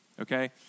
okay